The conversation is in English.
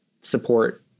support